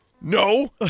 No